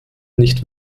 nicht